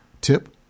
tip